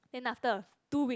then after two weeks